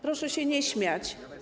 Proszę się nie śmiać.